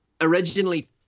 originally